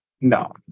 no